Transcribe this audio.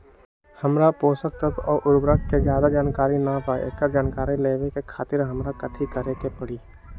हमरा पोषक तत्व और उर्वरक के ज्यादा जानकारी ना बा एकरा जानकारी लेवे के खातिर हमरा कथी करे के पड़ी?